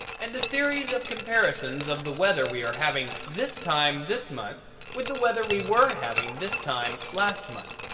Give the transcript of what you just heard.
and a series of comparisons of the weather we are having this time this month with the weather we were having this time last month.